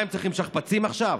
מה, הם צריכים שכפ"צים עכשיו?